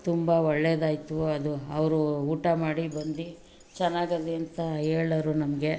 ತುಂಬ ಒಳ್ಳೆಯದಾಯ್ತು ಅದು ಅವರು ಊಟ ಮಾಡಿ ಬಂದು ಚೆನ್ನಾಗಿದೆ ಅಂತ ಹೇಳಿದ್ರು ನಮಗೆ